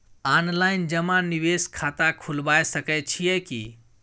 Online जमा निवेश खाता खुलाबय सकै छियै की?